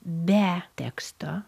be teksto